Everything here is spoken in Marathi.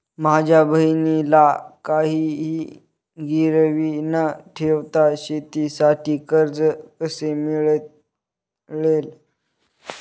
माझ्या बहिणीला काहिही गिरवी न ठेवता शेतीसाठी कर्ज कसे मिळेल?